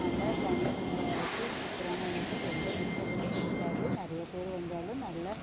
நல்லா time spend பண்ணுறதுக்கு சூப்பராக இருக்கும் எந்த டிஸ்டர்பன்ஸ்ஸும் இருக்காது நிறைய பேர் வந்தாலும் நல்லா